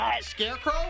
Scarecrow